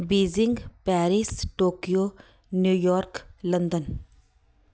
Beijing Paris Tokyo New York London